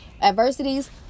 adversities